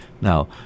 Now